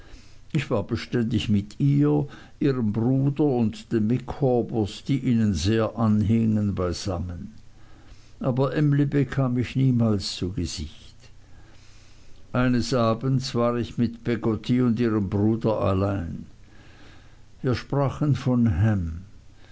ich war beständig mit ihr ihrem bruder und den micawbers die ihnen sehr anhingen beisammen aber emly bekam ich niemals zu gesicht eines abends war ich mit peggotty und ihrem bruder allein wir sprachen von ham